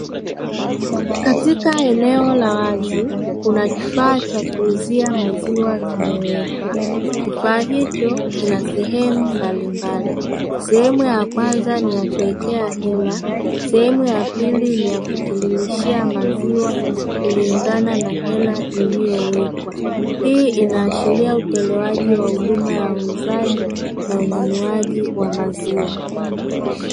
Katika eneo la wazi kuna kifaa cha kuuzia maziwa kimewekwa. Kifaa hicho kina sehemu mbalimbali, sehemu ya kwanza ni ya kuwekea hela na sehemu ya pili ni ya kutiririshia maziwa, kulingana na hela iliyowekwa. Hii inaashiria utolewaji wa huduma ya uuzaji na ununuaji wa maziwa.